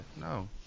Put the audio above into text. no